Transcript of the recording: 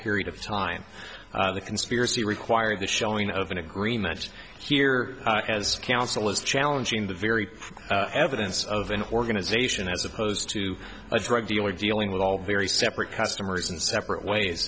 period of time the conspiracy required the showing of an agreement here as counsel is challenging the very evidence of an organization as opposed to a drug dealer dealing with all very separate customers in separate ways